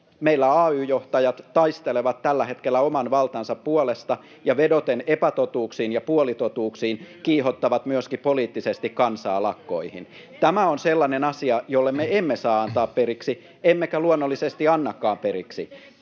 meillä ay-johtajat taistelevat tällä hetkellä oman valtansa puolesta [Jani Mäkelä: Kyllä!] ja vedoten epätotuuksiin ja puolitotuuksiin kiihottavat myöskin poliittisesti kansaa lakkoihin. Tämä on sellainen asia, jolle me emme saa antaa periksi, emmekä luonnollisesti annakaan periksi.